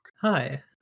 Hi